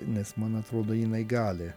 nes man atrodo jinai gali